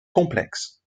complexes